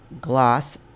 Gloss